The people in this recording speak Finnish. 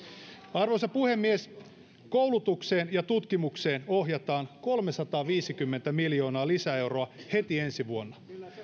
arvoisa puhemies koulutukseen ja tutkimukseen ohjataan kolmesataaviisikymmentä miljoonaa lisäeuroa heti ensi vuonna